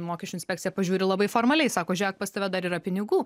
mokesčių inspekcija pažiūri labai formaliai sako žiūrėk pas tave dar yra pinigų